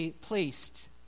placed